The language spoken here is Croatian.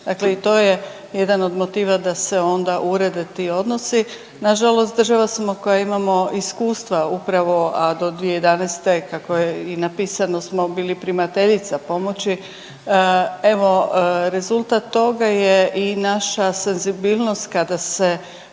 dakle i to je jedan od motiva da se onda urede ti odnosi. Nažalost država smo koja imamo iskustva upravo, a do 2011. kako je i napisano smo bili primateljica pomoći. Evo rezultat toga je i naša senzibilnost kada se